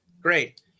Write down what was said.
great